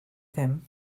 ddim